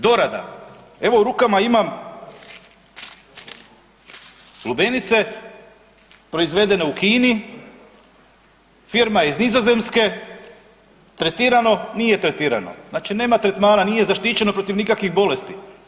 Dorada, evo u rukama imam lubenice proizvedene u Kini, firma je iz Nizozemske, tretirano, nije tretirano, znači nema tretmana, nije zaštićeno protiv nikakvih bolesti.